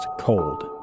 Cold